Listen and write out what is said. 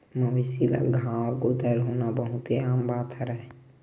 मवेशी ल घांव गोदर होना बहुते आम बात हरय